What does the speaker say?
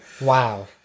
wow